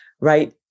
right